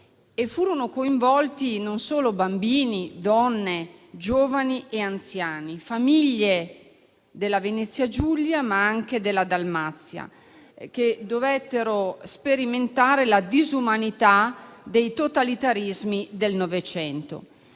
Furono coinvolti bambini, donne, giovani e anziani, famiglie della Venezia Giulia, ma anche della Dalmazia, che dovettero sperimentare la disumanità dei totalitarismi del '900.